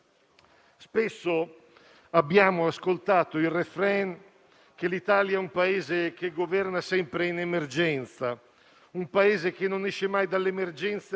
Non è la progettualità dei tagli; è la progettualità del nuovo sviluppo, che riguarda il nuovo sviluppo e il nuovo futuro che vogliamo dare al Paese,